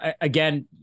again